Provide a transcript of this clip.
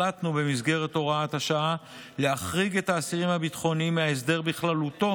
החלטנו במסגרת הוראת השעה להחריג את האסירים הביטחוניים מההסדר בכללותו